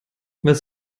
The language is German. was